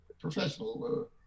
professional